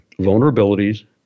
vulnerabilities